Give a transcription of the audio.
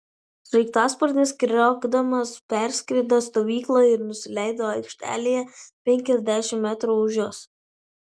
sraigtasparnis kriokdamas perskrido stovyklą ir nusileido aikštelėje penkiasdešimt metrų už jos